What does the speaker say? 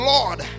Lord